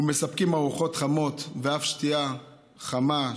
ומספקים ארוחות חמות ואף שתייה חמה,